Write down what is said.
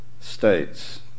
states